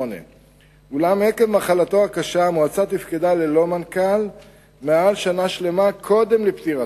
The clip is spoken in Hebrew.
אולם עקב מחלתו הקשה המועצה תפקדה ללא מנכ"ל מעל שנה שלמה קודם לפטירתו.